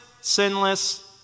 sinless